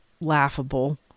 laughable